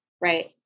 right